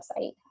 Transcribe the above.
website